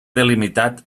delimitat